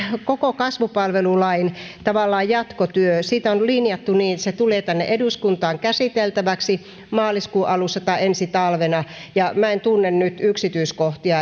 koko kasvupalvelulain tavallaan jatkotyöstä on linjattu niin että se tulee tänne eduskuntaan käsiteltäväksi maaliskuun alussa tai ensi talvena minä en tunne nyt yksityiskohtia